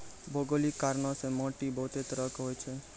भौगोलिक कारणो से माट्टी बहुते तरहो के होय छै